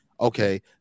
okay